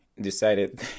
decided